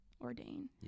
ordain